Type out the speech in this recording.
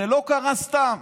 זה לא קרה סתם.